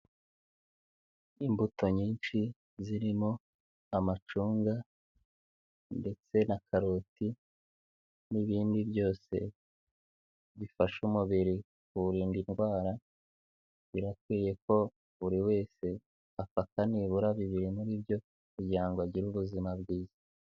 Imbuto nyinshi zirimo amacunga ndetse na karoti n'ibindi byose bifasha umubiri kuwurinda indwara, birakwiye ko buri wese afata nibura bibiri muri byo kugira agire ubuzima bwiza.